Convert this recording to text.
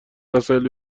وسایل